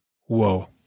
Whoa